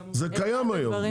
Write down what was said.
זה קיים היום.